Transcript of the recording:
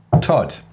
Todd